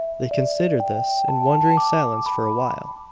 they considered this in wondering silence for a while.